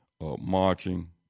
marching